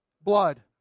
Blood